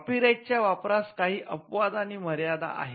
कॉपीराइटच्या वापरास काही अपवाद आणि मर्यादा आहेत